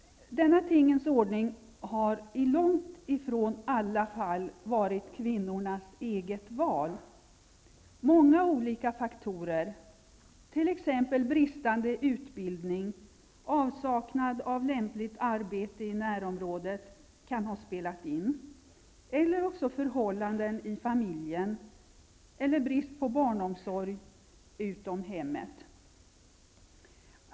Denna tingens ordning har i långt ifrån alla fall varit kvinnornas eget val. Många olika faktorer -- t.ex. bristande utbildning, avsaknad av lämpligt arbete i närområdet, förhållanden i familjen eller brist på barnomsorg utom hemmet -- kan ha spelat in.